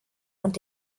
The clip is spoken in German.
und